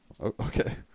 Okay